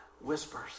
whispers